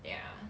ya